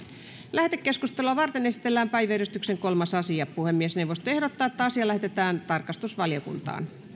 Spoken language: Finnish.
lähetekeskustelua varten esitellään päiväjärjestyksen kolmas asia puhemiesneuvosto ehdottaa että asia lähetetään tarkastusvaliokuntaan